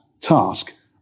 task